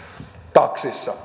taksissa